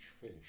fish